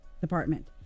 department